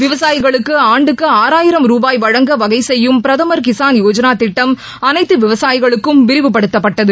விவசாயிகளுக்கு ஆண்டுக்கு ஆறாயிரம் ரூபாய் வழங்க வகை செய்யும் பிரதமர் கிஸான் யோஜனா திட்டம் அனைத்து விவசாயிகளுக்கும் விரிவுபடுத்தப்பட்டது